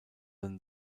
than